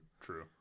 true